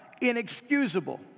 inexcusable